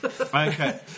Okay